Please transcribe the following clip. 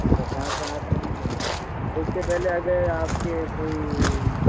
अच्छा पाँच सात दिन में उससे पहले अगर आप के कोई